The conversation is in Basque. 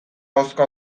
ahozko